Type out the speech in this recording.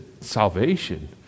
salvation